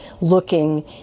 looking